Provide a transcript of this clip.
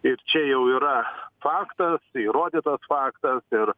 ir čia jau yra faktas tai įrodytas faktas ir